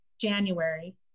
January